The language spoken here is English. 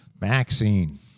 Maxine